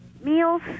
meals